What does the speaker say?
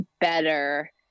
better